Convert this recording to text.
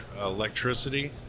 electricity